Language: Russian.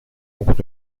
могут